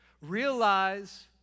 realize